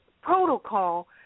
protocol